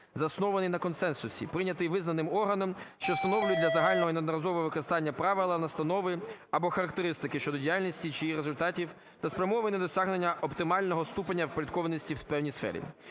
заснований на консенсусі, прийнятий визнаним органом, що встановлює для загального і неодноразового використання правила, настанови або характеристики щодо діяльності чи результатів, та спрямований на досягнення оптимального ступеня впорядкованості в певній сфері.